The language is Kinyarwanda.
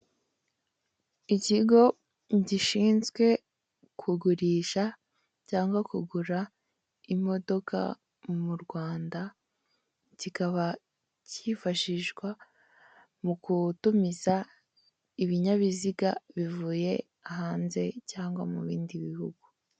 Ikigo gishinzwe kugurisha cyangwa kugura imodoka mu Rwanda, kikaba kifashishwa mu kutumiza ibinyabiziga bivuye hanze cyangwa mu bindi bihugu.